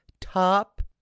Top